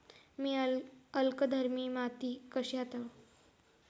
मी अल्कधर्मी माती कशी हाताळू?